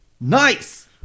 Nice